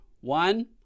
One